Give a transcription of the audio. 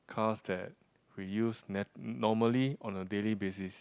cars that we use na~ normally on a daily basis